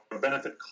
benefit